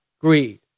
greed